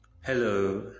Hello